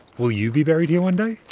will you be buried here one day?